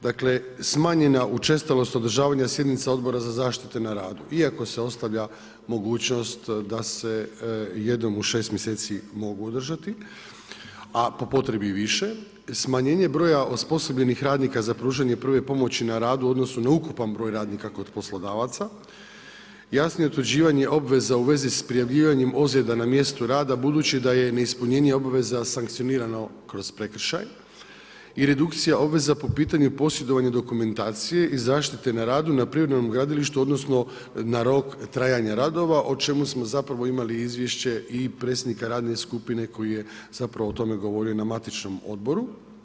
Dakle, smanjena učestalost održavanja sjednica Odbora za zaštite na radu iako se ostavlja mogućnost da se jednom u 6 mjeseci mogu održati, a po potrebi i više, smanjenje broja osposobljenih radnika za pružanje prve pomoći na radu, odnosno, na ukupan broj radnika kod poslodavaca, jasnije utvrđivanje obveza u vezi s prijavljivanjem ozljeda na mjestu rada, budući da je neispunjenje obveza sankcionirano kroz prekršaj i redukcija obveza po pitanju posjedovanje dokumentacije i zaštite na radu na prirodnom gradilištu, odnosno, na rok trajanje radova, o čemu smo zapravo imali izvješće i predsjednika radne skupine koji je zapravo o tome govorio na matičnom odboru.